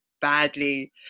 badly